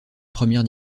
première